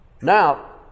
Now